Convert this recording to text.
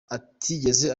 atigeze